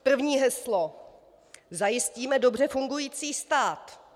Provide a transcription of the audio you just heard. První heslo: Zajistíme dobře fungující stát.